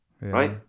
Right